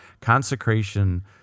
Consecration